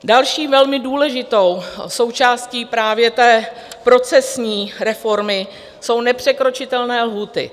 Další velmi důležitou součástí právě té procesní reformy jsou nepřekročitelné lhůty.